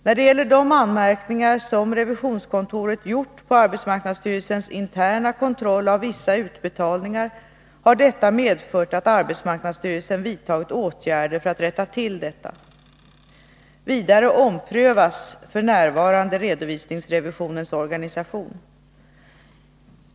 När det gäller de anmärkningar som revisionskontoret gjort på arbetsmarknadsstyrelsens interna kontroll av vissa utbetalningar, har de medfört att arbetsmarknadsstyrelsen vidtagit åtgärder för att rätta till detta. Vidare omprövas f. n. redovisningsrevisionens organisation.